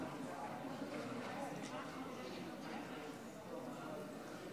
קובע כי הצעת החוק לתיקון פקודת התעבורה